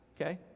okay